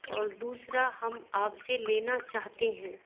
اور دوسرا ہم آپ سے لینا چاہتے ہیں